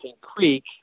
Creek